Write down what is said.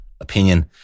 opinion